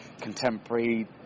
contemporary